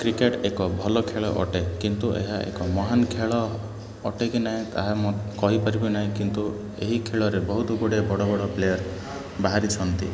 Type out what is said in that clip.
cricket ଏକ ଭଲ ଖେଳ ଅଟେ କିନ୍ତୁ ଏହା ଏକ ମହାନ ଖେଳ ଅଟେ କି ନାହିଁ ତାହା କହିପାରିବି ନାହିଁ କିନ୍ତୁ ଏହି ଖେଳରେ ବହୁତ ଗୁଡ଼ିଏ ବଡ଼ ବଡ଼ ପ୍ଲେୟାର୍ ବାହାରିଛନ୍ତି